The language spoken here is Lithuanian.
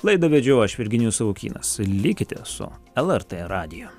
laidą vedžiau aš virginijus savukynas likite su lrt radiju